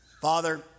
Father